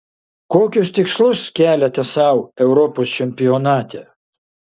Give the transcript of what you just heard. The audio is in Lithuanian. kokius tikslus keliate sau europos čempionate